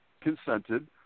consented